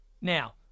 Now